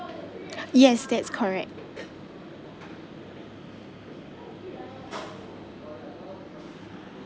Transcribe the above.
yes that's correct